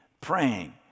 praying